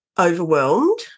overwhelmed